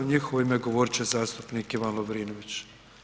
U njihovo ime govorit će zastupnik Ivan Lovrinović.